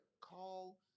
call